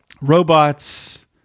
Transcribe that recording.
robots